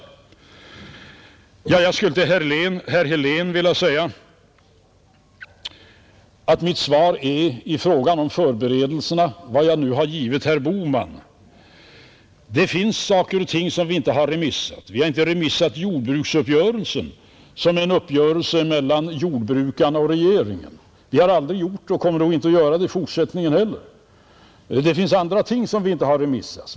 Jag skulle vilja säga till herr Helén att mitt svar i fråga om förberedelserna är det som jag nu har gett herr Bohman. Det finns saker och ting som vi inte har skickat ut på remiss. Vi har inte remitterat jordbruksuppgörelsen, som är en uppgörelse mellan jordbrukarna och regeringen. Vi har aldrig gjort det och kommer nog inte att göra det i fortsättningen heller. Det finns andra ting som vi inte har skickat ut på remiss.